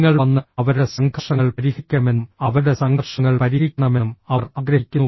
നിങ്ങൾ വന്ന് അവരുടെ സംഘർഷങ്ങൾ പരിഹരിക്കണമെന്നും അവരുടെ സംഘർഷങ്ങൾ പരിഹരിക്കണമെന്നും അവർ ആഗ്രഹിക്കുന്നു